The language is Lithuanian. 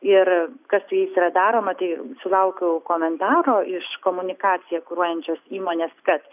ir kas su jais yra daroma tai sulaukiau komentaro iš komunikaciją kuruojančios įmonės kad